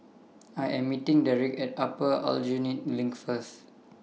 I Am meeting Derik At Upper Aljunied LINK First